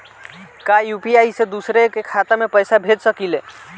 का यू.पी.आई से दूसरे के खाते में पैसा भेज सकी ले?